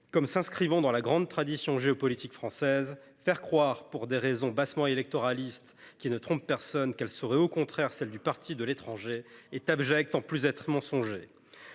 comme s’inscrivant dans la grande tradition géopolitique française. Faire croire, pour des raisons bassement électoralistes qui ne trompent personne, qu’elle serait au contraire celle du « parti de l’étranger » est abject en plus d’être mensonger.